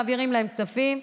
מעבירים להם כספים,